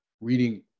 reading